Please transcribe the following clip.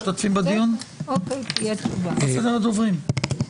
מה סדר הדוברים?